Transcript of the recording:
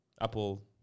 Apple